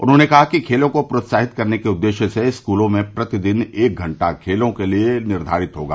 उन्होंने कहा कि खेलों को प्रोत्साहित करने के उद्देश्य से स्कूलों में प्रतिदिन एक घंटा खेलों के लिये निर्धारित होगा